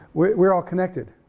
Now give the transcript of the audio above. we're we're all connected,